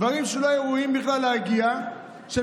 דברים שלא היו ראויים בכלל להגיע מגיעים,